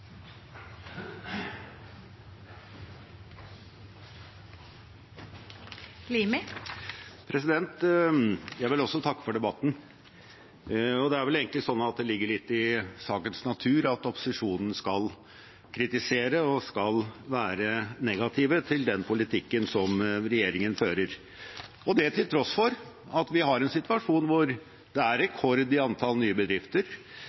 vel egentlig slik at det ligger litt i sakens natur at opposisjonen skal kritisere og være negative til den politikken regjeringen fører – det til tross for at vi har en situasjon hvor det er rekord i antall nye bedrifter.